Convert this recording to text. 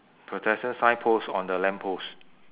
pedestrian signpost on the lamppost